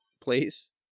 place